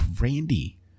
Randy